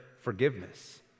forgiveness